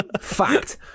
Fact